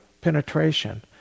penetration